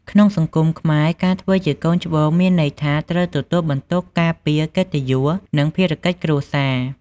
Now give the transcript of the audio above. ក្នុងសង្គមខ្មែរ ការធ្វើជាកូនច្បងមានន័យថាត្រូវទទួលបន្ទុកការពារកិត្តិយស និងភារកិច្ចគ្រួសារ។